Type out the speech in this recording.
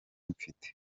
mfite